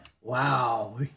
wow